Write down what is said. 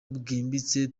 bwimbitse